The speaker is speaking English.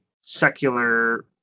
secular